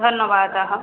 धन्यवादाः